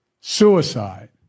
suicide